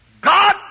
God